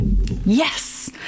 Yes